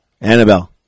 annabelle